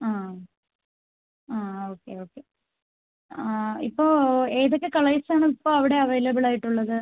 ആ ആ ആ ഓക്കേ ഓക്കേ ഇപ്പോൾ ഏതൊക്കെ കളേഴ്സ് ആണ് ഇപ്പോൾ അവിടെ അവൈലബിൾ ആയിട്ടുള്ളത്